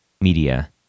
media